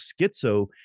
schizo